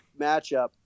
matchup